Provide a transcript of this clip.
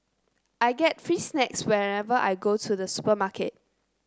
I get free snacks whenever I go to the supermarket